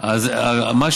לאן יועד?